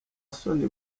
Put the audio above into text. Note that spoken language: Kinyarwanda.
soni